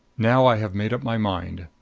now i have made up my mind.